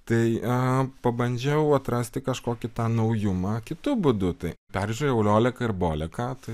tai a pabandžiau atrasti kažkokį tą naujumą kitu būdu tai peržiūrėjau lioleką ir boleką tai